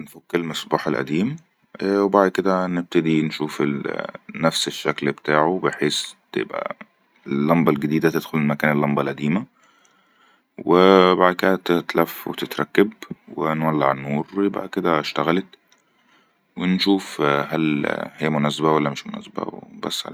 نفك المصباح الأديم وبعد كدا نبتدي نشوف نفس الشكل بتاعه بحيس تبئا اللمبه الجديددة تدخل مكتن اللمبه الاديمه وووااءبعد كدا تتلف وتتركب وهنولع النور يبئا كدا اتشغلت ونشوف هل هيا مناسبه ولا مش مناسبه وبس ءء